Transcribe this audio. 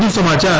વધુ સમાચાર